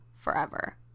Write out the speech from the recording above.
forever